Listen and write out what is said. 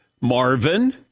Marvin